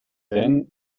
then